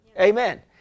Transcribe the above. Amen